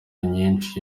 nyinshi